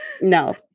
no